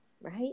Right